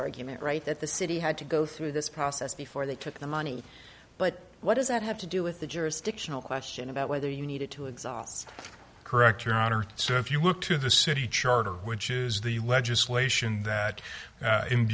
argument right that the city had to go through this process before they took the money but what does that have to do with the jurisdictional question about whether you needed to exhaust correct your honor so if you look to the city charter which is the legislation that